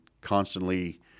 constantly